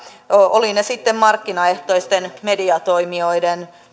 olivat ne sitten markkinaehtoisten mediatoimijoiden